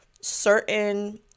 certain